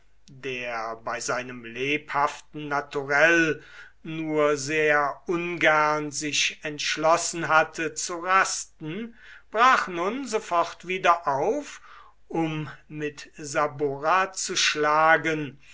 der bei seinem lebhaften naturell nur sehr ungern sich entschlossen hatte zu rasten brach nun sofort wieder auf um mit saburra zu schlagen